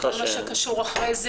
ככל שזה קשור אחר כך